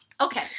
Okay